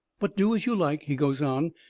but do as you like, he goes on.